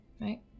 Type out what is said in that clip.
right